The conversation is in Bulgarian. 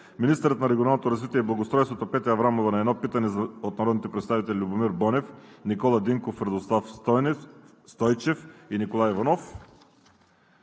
министърът на регионалното развитие и благоустройството Петя Аврамова – на едно питане от народните представители Любомир Бонев, Никола Динков, Радослав Стойчев и Николай Иванов.